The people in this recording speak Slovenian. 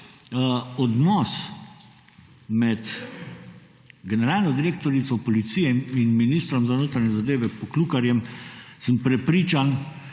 odnos med generalno direktorico policije in ministrom za notranje zadeve, Poklukarjem, sem prepričan